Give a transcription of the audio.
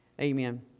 Amen